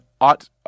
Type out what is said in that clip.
ought